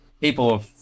People